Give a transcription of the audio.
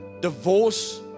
Divorce